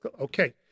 Okay